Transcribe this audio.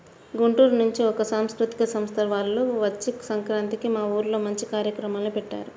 గుంటూరు నుంచి ఒక సాంస్కృతిక సంస్థ వాల్లు వచ్చి సంక్రాంతికి మా ఊర్లో మంచి కార్యక్రమాల్ని పెట్టారు